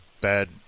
bad